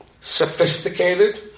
sophisticated